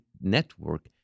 network